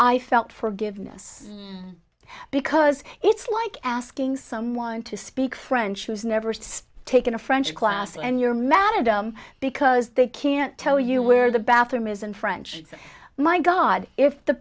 i felt forgiveness because it's like asking someone to speak french who's never taken a french class and you're madam because they can't tell you where the bathroom is and french my god if the